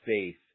faith